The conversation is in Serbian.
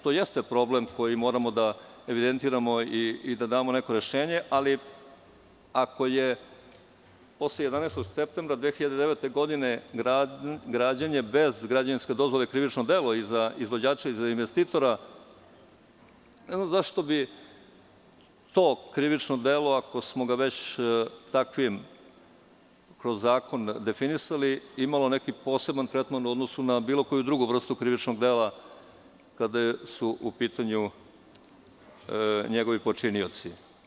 To jeste problem koji moramo da evidentiramo i da damo neko rešenje, ali ako je posle 11. septembra 2009. godine građenje bez građevinske dozvole krivično delo i za izvođača i za investitora, ne znam zašto bi to krivično delo, ako smo ga već takvim kroz zakon definisali, imalo neki poseban tretman u odnosu na bilo koju drugu vrstu krivičnog dela kada su u pitanju njegovi počinioci.